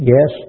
Yes